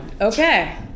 Okay